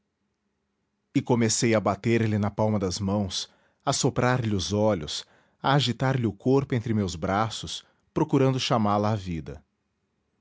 e comecei a bater-lhe na palma das mãos a soprar lhe os olhos a agitar lhe o corpo entre meus braços procurando chamá-la à vida